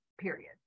Period